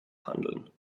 handeln